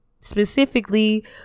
specifically